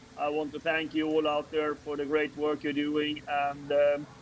i want to thank you all out there for the great work you're doing and.